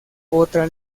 otra